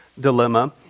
dilemma